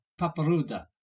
paparuda